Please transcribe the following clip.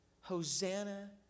Hosanna